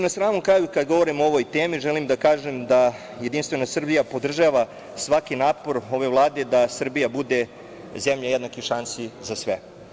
Na samom kraju kada govorim o ovoj temi želim da kažem da JS podržava svaki napor ove Vlade da Srbija bude zemlja jednakih šansi za sve.